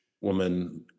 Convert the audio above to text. woman